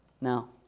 Now